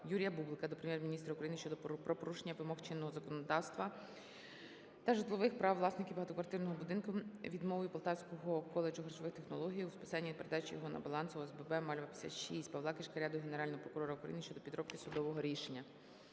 Юрія Бублика до Прем'єр-міністра України про порушення вимог чинного законодавства та житлових прав власників багатоквартирного будинку відмовою Полтавського коледжу харчових технологій у списанні та передачі його на баланс ОСББ "Мальва-56". Павла Кишкаря до Генерального прокурора України щодо підробки судового рішення.